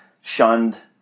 shunned